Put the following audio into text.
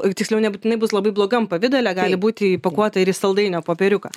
tiksliau nebutinai bus labai blogam pavidale gali būti įpakuota ir į saldainio popieriuką